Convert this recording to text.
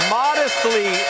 modestly